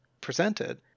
presented